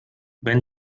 wenn